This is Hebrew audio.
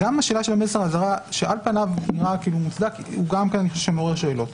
על פניו נראה כמוצדק אך מעורר שאלות.